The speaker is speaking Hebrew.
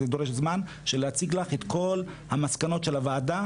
זה דורש זמן להציג לך את כל המסקנות של הוועדה